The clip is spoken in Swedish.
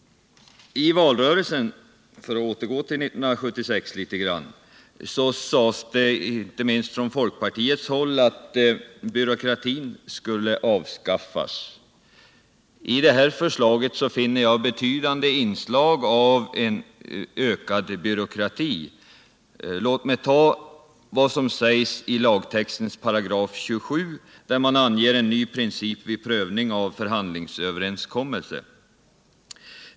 I valrörelsen — för att återgå till 1976 — sades inte minst från folkpartiets håll att byråkratin skulle avskaffas. I det här förstaget finner jag betydande inslag av en ökad byråkrati. Låt mig ta upp vad som sägs i lagtextens 22 §. där man anger en ny princip vid prövning av förhandlingsöverenskommelse.